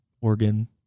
organ